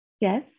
Yes